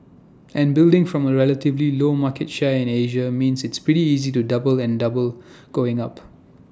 and building from A relatively low market share in Asia means it's pretty easy to double and double going up